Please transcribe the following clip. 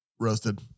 Roasted